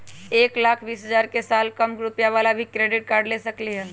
एक लाख बीस हजार के साल कम रुपयावाला भी क्रेडिट कार्ड ले सकली ह?